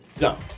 No